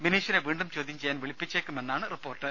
ബിനീഷിനെ വീണ്ടും ചോദ്യം ചെയ്യാൻ വിളിപ്പിച്ചേക്കുമെന്നാണ് റിപ്പോർട്ട്